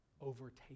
overtake